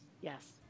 Yes